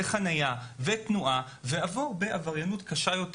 חניה ותנועה עד עבריינות קשה יותר